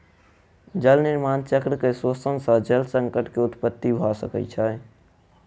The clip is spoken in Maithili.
जल निर्माण चक्र के शोषण सॅ जल संकट के उत्पत्ति भ सकै छै